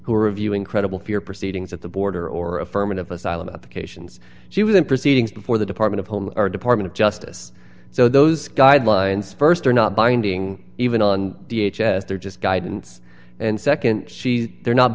are reviewing credible fear proceedings at the border or affirmative asylum applications she was in proceedings before the department of home or department of justice so those guidelines st are not binding even on the h s they're just guidance and nd she they're not